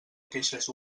queixes